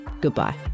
goodbye